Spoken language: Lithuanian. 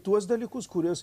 tuos dalykus kuriuos